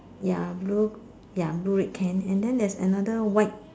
ya blue ya blue red can and then there is another white